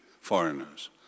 foreigners